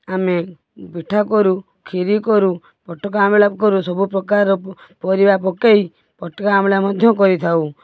ଆମେ ପିଠା କରୁ ଖିରି କରୁ ପୋଟକା ଆମ୍ବିଳା କରୁ ସବୁପ୍ରକାର ପରିବା ପକେଇ ପୋଟକା ଆମ୍ବିଳା ମଧ୍ୟ କରିଥାଉ